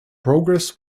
progress